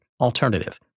alternative